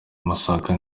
amasaka